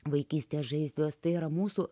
vaikystės žaizdos tai yra mūsų